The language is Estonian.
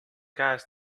käes